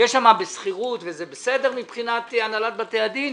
יש שם בשכירות וזה בסדר מבחינת הנהלת בתי הדין.